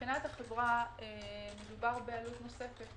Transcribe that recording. מבחינת החברה מדובר בעלות נוספת,